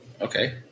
Okay